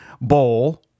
bowl